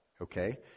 okay